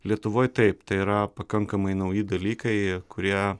lietuvoje taip tai yra pakankamai nauji dalykai kurie